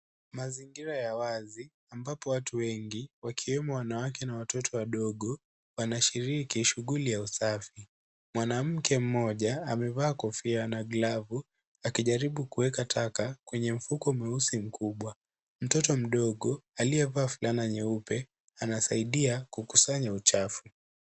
Mazingiraya wazi ambapo watu wengi wakiwemo wanawake na watoto wadogo, wanashiriki shughuli ya usafi. Mwanamke mmoja amevaa kofia na glavu akijaribu kuweka taka kwenye mfuko mweusi mkubwa. Mtoto mdogo aliyevaa fulana nyeupe, anasaidia kukusanya uchafu.